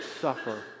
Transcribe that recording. suffer